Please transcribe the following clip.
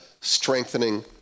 strengthening